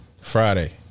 Friday